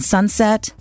Sunset